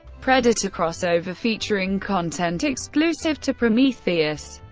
predator crossover featuring content exclusive to prometheus.